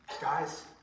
Guys